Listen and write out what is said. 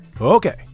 Okay